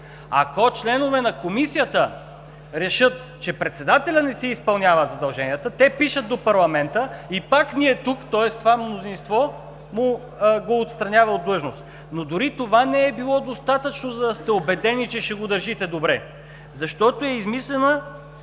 Ако членове на Комисията решат, че председателят не си изпълнява задълженията, те пишат до парламента и пак ние тук, тоест това мнозинство, го отстранява от длъжност. Но дори и това не е било достатъчно, за да сте убедени, че ще го държите добре, защото е измислена